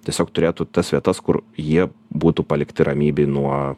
tiesiog turėtų tas vietas kur jie būtų palikti ramybėj nuo